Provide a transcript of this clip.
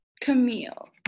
Camille